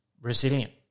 resilient